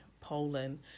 poland